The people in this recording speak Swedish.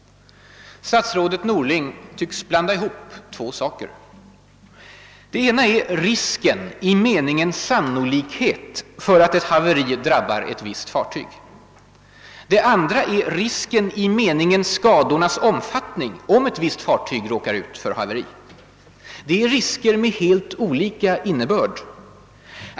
Statsrådet Norling tycks blanda ihop två saker. Det ena är »risken» i meningen sannolikhet för att ett haveri drabbar ett visst fartyg. Det andra är »risken« i meningen skadornas omfattning om ett visst fartyg råkar ut för haveri. Det är »risker» med helt olika innebörd.